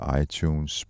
iTunes